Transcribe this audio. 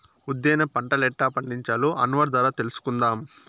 ఉద్దేన పంటలెట్టా పండించాలో అన్వర్ ద్వారా తెలుసుకుందాం